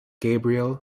gabriel